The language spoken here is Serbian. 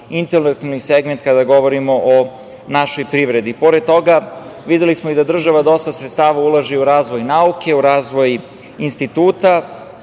intelektualni segment kada govorimo o našoj privredi. Pored toga, videli smo i da država dosta sredstava ulaže u razvoj nauke, u razvoj instituta.